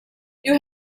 you